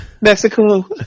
Mexico